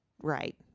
Right